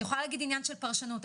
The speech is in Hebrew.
של פרשנות.